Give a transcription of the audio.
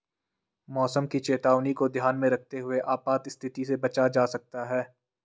मौसम की चेतावनी को ध्यान में रखते हुए आपात स्थिति से बचा जा सकता है